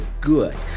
good